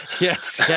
yes